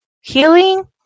healing